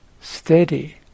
steady